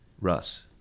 Russ